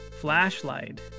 flashlight